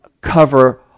cover